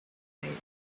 light